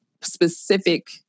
specific